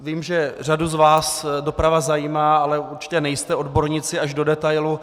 Vím, že řadu z vás doprava zajímá, ale určitě nejste odborníci až do detailu.